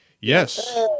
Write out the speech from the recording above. Yes